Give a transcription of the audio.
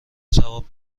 ثواب